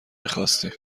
میخواستیم